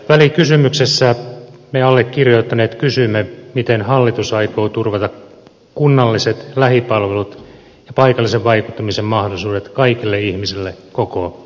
välikysymyksessä me allekirjoittaneet kysymme miten hallitus aikoo turvata kunnalliset lähipalvelut ja paikallisen vaikuttamisen mahdollisuudet kaikille ihmisille koko maassa